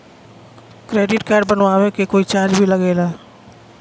Credit card बनवावे के कोई चार्ज भी लागेला?